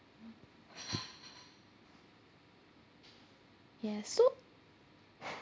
yes so